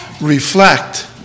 reflect